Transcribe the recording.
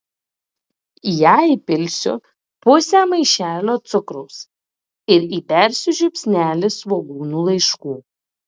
į ją įpilsiu pusę maišelio cukraus ir įbersiu žiupsnelį svogūnų laiškų